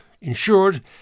insured